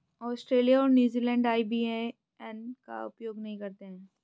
Australia और New Zealand IBAN का उपयोग नहीं करते हैं